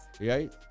right